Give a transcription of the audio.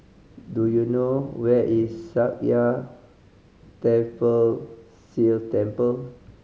do you know where is Sakya Tenphel Sea You Temple